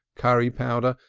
curry-powder,